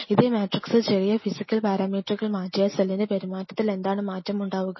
ഇതേ മാട്രിക്സ്സിൽ ചെറിയ ഫിസിക്കൽ പാരാമീറ്ററുകൾ മാറ്റിയാൽ സെല്ലിന്റെ പെരുമാറ്റത്തിൽ എന്താണ് മാറ്റമുണ്ടാവുക